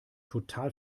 total